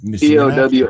POW